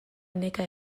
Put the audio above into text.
neka